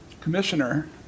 commissioner